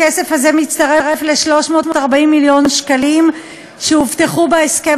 הכסף הזה מצטרף ל-340 מיליון שקלים שהובטחו בהסכם